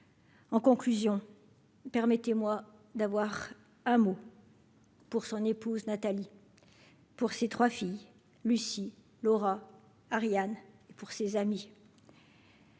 En conclusion, permettez-moi d'avoir un mot. Pour son épouse Nathalie pour ses trois filles Lucie Laura Ariane et pour ses amis.